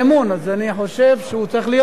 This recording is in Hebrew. אז אני חושב שהוא צריך להיות כאן.